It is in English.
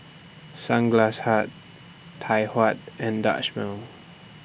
Sunglass Hut Tai Hua and Dutch Mill